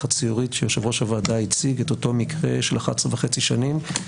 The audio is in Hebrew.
הציורית שיושב-ראש הוועדה הציג את אותו מקרה של 11.5 שנים,